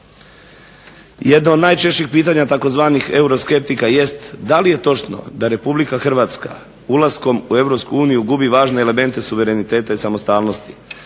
Jedno od najčešćih pitanja tzv. euroskeptika jest da li je točno da RH ulaskom u EU gubi važne elemente suvereniteta i samostalnosti?